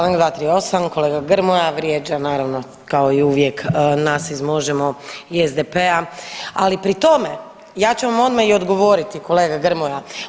Članak 238., kolega Grmoja vrijeđa naravno kao i uvijek nas iz Možemo i SDP-a, ali pri tome ja ću vam odmah i odgovoriti kolega Grmoja.